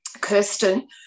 Kirsten